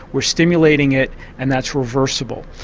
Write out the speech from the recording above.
we're stimulating it and that's reversible.